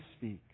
speak